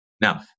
Now